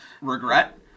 regret